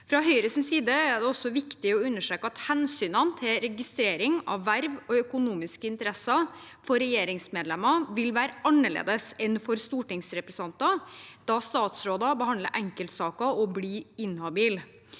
Fra Høyres side er det viktig å understreke at hensynene til registrering av verv og økonomiske interesser for regjeringsmedlemmer vil være annerledes enn for stortingsrepresentanter, da statsråder behandler enkeltsaker og blir inhabile.